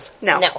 No